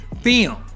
film